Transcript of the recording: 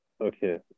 Okay